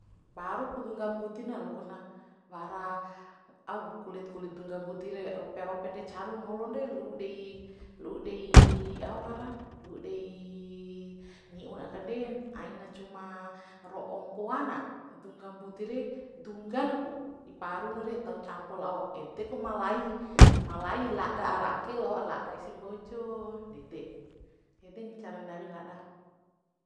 Paru ku dungga mbudi na loak na wara au kulit kulit dungga mbudi re rope ropen re caru ngolon re lu'u dei lu'u dei au ngaran lu'u dei ni'un akanden aina cuma ro'o mpoa na dungga mbudi re dunggana ku di paru na re tau campo lao ede kuma lai ma lai la'da ara ake lao la'da ese mbojo nede ede ni cara ndawin lada